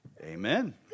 Amen